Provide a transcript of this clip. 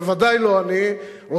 בוודאי לא אני,